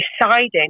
deciding